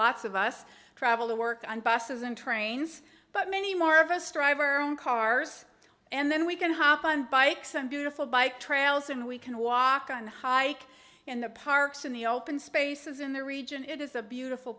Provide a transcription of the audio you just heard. lots of us travel to work on buses and trains but many more of a striver own cars and then we can hop on bikes and beautiful bike trails and we can walk on the hike in the parks in the open spaces in the region it is a beautiful